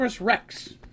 rex